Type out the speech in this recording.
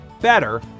better